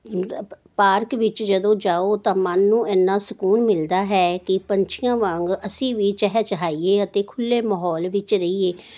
park ਵਿੱਚ ਜਦੋਂ ਜਾਓ ਤਾਂ ਮਨ ਨੂੰ ਇੰਨਾ ਸਕੂਨ ਮਿਲਦਾ ਹੈ ਕਿ ਪੰਛੀਆਂ ਵਾਂਗ ਅਸੀਂ ਵੀ ਚਹਿ ਚਹਾਈਏ ਅਤੇ ਖੁੱਲ੍ਹੇ ਮਾਹੌਲ ਵਿੱਚ ਰਹੀਏ